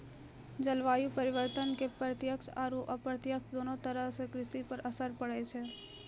जलवायु परिवर्तन के प्रत्यक्ष आरो अप्रत्यक्ष दोनों तरह सॅ कृषि पर असर पड़ै छै